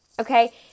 Okay